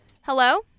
Hello